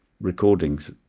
recordings